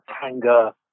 tanga